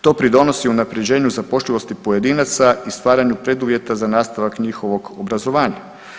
To pridonosi unapređenju zapošljivosti pojedinaca i stvaranju preduvjeta za nastavak njihovog obrazovanja.